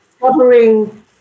covering